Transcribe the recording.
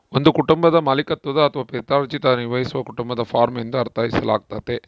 ಒಂದು ಕುಟುಂಬದ ಮಾಲೀಕತ್ವದ ಅಥವಾ ಪಿತ್ರಾರ್ಜಿತ ನಿರ್ವಹಿಸುವ ಕುಟುಂಬದ ಫಾರ್ಮ ಎಂದು ಅರ್ಥೈಸಲಾಗ್ತತೆ